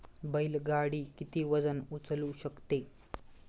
बैल गाडी किती वजन उचलू शकते?